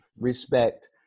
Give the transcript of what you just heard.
respect